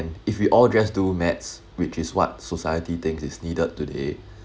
and if we all just do maths which is what society think is needed today